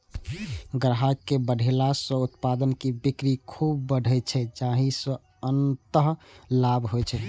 ग्राहक बढ़ेला सं उत्पाद के बिक्री खूब बढ़ै छै, जाहि सं अंततः लाभ होइ छै